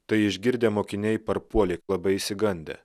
tai išgirdę mokiniai parpuolė labai išsigandę